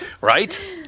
Right